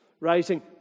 rising